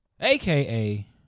aka